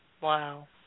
Wow